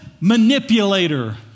manipulator